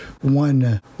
one